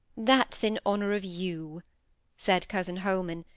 that's in honour of you said cousin holman,